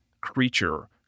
creature